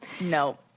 No